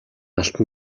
алтан